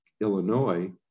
Illinois